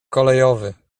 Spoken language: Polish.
kolejowy